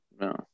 No